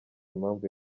impamvu